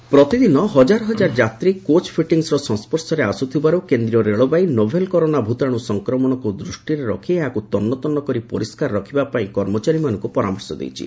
central rail cleaning ପ୍ରତିଦିନ ହଜାର ହଜାର ଯାତ୍ରୀ କୋଚ୍ ଫିଟିଙ୍ଗସର ସଂସ୍ୱର୍ଶରେ ଆସୁଥିବାରୁ କେନ୍ଦ ରେଳବାଇ ନୋଭେଲ୍ କରୋନା ଭୂତାଣୁ ସଂକ୍ମଣକୁ ଦୃଷ୍ଟିରେ ରଖି ଏହାକୁ ତନୁ ତନୁ କରି ପରିଷ୍କାର ରଖିବା ପାଇଁ କର୍ମଚାରୀମାନଙ୍କୁ ପରାମର୍ଶ ଦେଇଛି